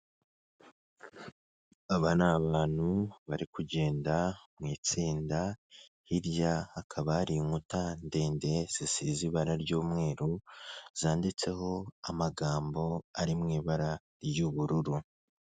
Aba ni abantui bari kugenda mu itsinda hirya hakaba hari inkuta ndende zisize ibara ry'umweru zanditseho amagambo ari mu ibara ry'ubururu.